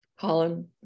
Colin